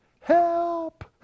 Help